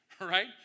right